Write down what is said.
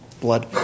blood